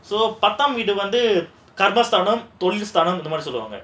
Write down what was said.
so பத்தாம் வீடு வந்து கர்வ ஸ்தனம் அந்த மாதிரி சொல்வாங்க:pathaam veedu vandhu karvasthaanam andha maadhiri solvaanga